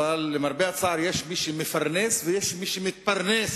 אבל למרבה הצער יש מי שמפרנס ויש מי שמתפרנס